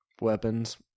weapons